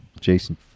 Jason